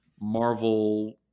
Marvel